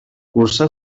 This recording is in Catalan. cursà